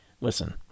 Listen